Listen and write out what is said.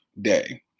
day